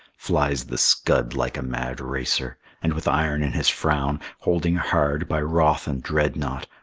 flies the scud like a mad racer and with iron in his frown, holding hard by wrath and dreadnought,